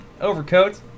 Overcoat